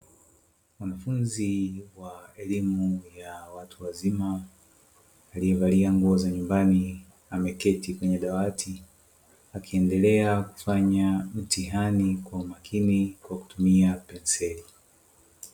Mwanafunzi wa elimu ya watu wazima alievalia nguo za nyumbani ameketi kwenye dawati akiendelea kufanya mtihani kwa umakini kwa kutumia penseli.